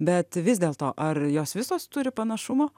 bet vis dėlto ar jos visos turi panašumo